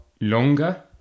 longer